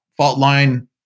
Faultline